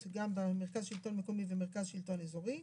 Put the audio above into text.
גם במרכז שלטון מקומי ומרכז שלטון אזורי.